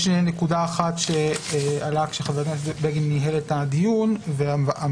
יש נקודה אחת שעלתה כשחבר הכנסת בגין ניהל את הדיון והממשלה